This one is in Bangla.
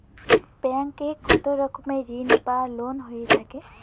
ব্যাংক এ কত রকমের ঋণ বা লোন হয়ে থাকে?